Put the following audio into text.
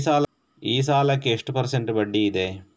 ಈ ಸಾಲಕ್ಕೆ ಎಷ್ಟು ಪರ್ಸೆಂಟ್ ಬಡ್ಡಿ ಇದೆ?